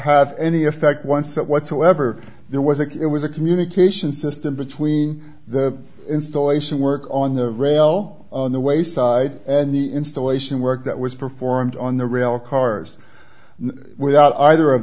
have any effect once that whatsoever there was it was a communication system between the installation work on the rail on the way side and the installation work that was performed on the rail cars without either of